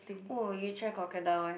!woah! you try crocodile one